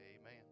Amen